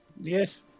Yes